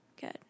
good